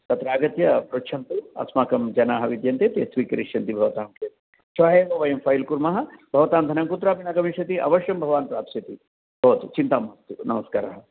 तत्र आगत्य पृच्छन्तु अस्माकं जनाः विद्यन्ते ते स्वीकरिष्यन्ति भवतां केस् श्वः एव वयं फ़ैल् कुर्मः भवतां धनं तु कुत्रापि न गमिष्यति अवश्यं भवान् प्राप्स्यति भवतु चिन्ता मास्तु नमस्कारः